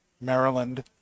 Maryland